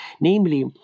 Namely